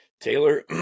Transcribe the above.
Taylor